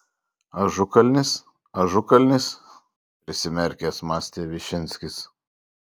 ažukalnis ažukalnis prisimerkęs mąstė višinskis